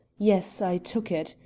yes, i took it,